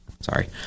sorry